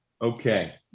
Okay